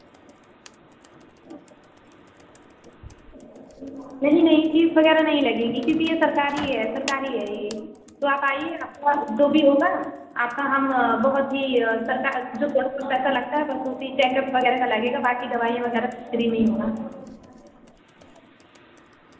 नहीं नहीं फीस वगैरह नहीं लगेंगी क्योंकि यह सरकारी है सरकारी है यह तो आप आइए गा आपका जो भी होगा आपका हम बोहौत ही सरकार जो ऐसा जो पैसा लगता है बस वह भी चेक अप वगैरह का लगेगा बाकी दवाईयाँ वगैरह सब फ्री ही है